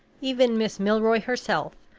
even miss milroy herself,